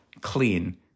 clean